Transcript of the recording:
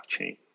blockchain